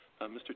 Mr